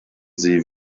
sie